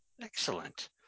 Excellent